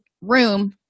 room